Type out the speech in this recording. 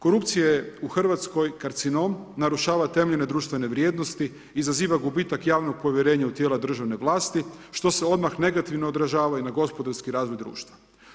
Korupcija je u Hrvatskoj karcinom, narušava temeljne društvene vrijednosti, izaziva gubitak javnog povjerenje u tijela državne vlasti, što se odmah negativno odražava i na gospodarski razvoj društva.